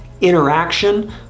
interaction